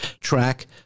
track